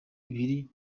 biri